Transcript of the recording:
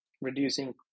reducing